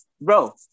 bro